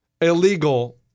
illegal